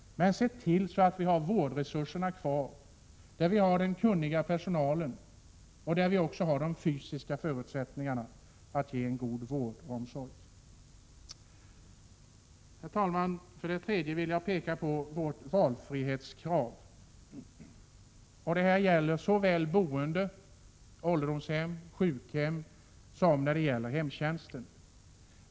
Men se till att vi har vårdresurserna kvar, där den kunniga personalen finns och där de fysiska förutsättningarna föreligger för att ge en god vård och omsorg. Herr talman! Jag vill dessutom peka på vårt krav på valfrihet i fråga om såväl boende — ålderdomshem, sjukhem — som hemtjänsten.